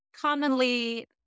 commonly